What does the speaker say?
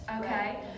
okay